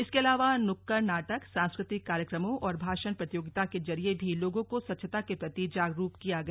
इसके अलावा नुक्कड़ नाटक सांस्कृतिक कार्यक्रमों और भाषण प्रतियोगिता के जरिए भी लोगों को स्वच्छता के प्रति जागरूक किया गया